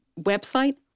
website